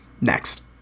Next